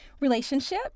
relationship